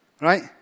right